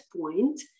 point